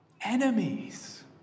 enemies